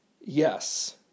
Yes